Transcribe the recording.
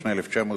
התשנ"ה 1995,